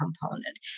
component